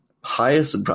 Highest